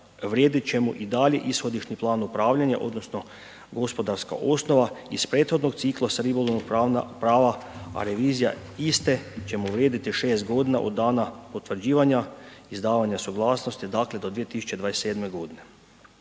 vrijediti će mu i dalje ishodišni plan upravljanja, odnosno gospodarska osnova iz prethodnog ciklusa ribolovnog prava a revizija iste će mu vrijediti 6 godina od dana potvrđivanja, izdavanja suglasnosti, dakle do 2027. godine.